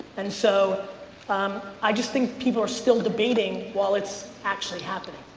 and so um i just think people are still debating while it's actually happening.